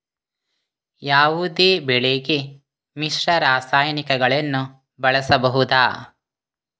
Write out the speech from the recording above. ಯಾವುದೇ ಬೆಳೆಗೆ ಮಿಶ್ರ ರಾಸಾಯನಿಕಗಳನ್ನು ಬಳಸಬಹುದಾ?